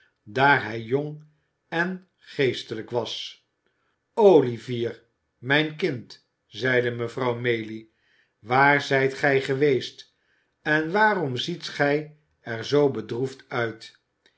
daar hij jong en geestelijk was olivier mijn kind zeide mevrouw maylie waar zijt gij geweest en waarom ziet gij er zoo bedroefd uit